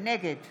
נגד